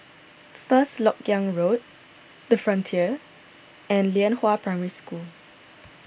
First Lok Yang Road the Frontier and Lianhua Primary School